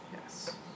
Yes